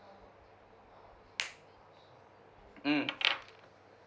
mm